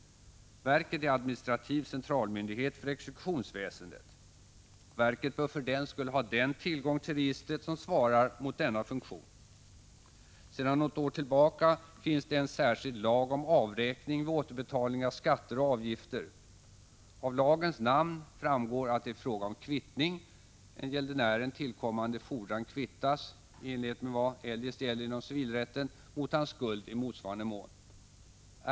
Verket är administrativ centralmyndighet för exekutionsväsendet. Verket bör för den skull ha den tillgång till registret som svarar mot denna funktion. Sedan något år tillbaka finns det en särskild lag om avräkning vid återbetalning av skatter och avgifter. Av lagens namn framgår att det är fråga om kvittning — en gäldenären tillkommande fordran kvittas, i enlighet med vad eljest gäller inom civilrätten, mot hans skuld i motsvarande mån.